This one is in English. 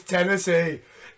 Tennessee